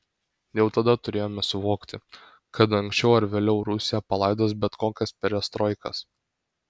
jau tada turėjome suvokti kad anksčiau ar vėliau rusija palaidos bet kokias perestroikas